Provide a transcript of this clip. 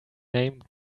name